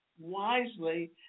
wisely